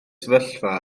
sefyllfa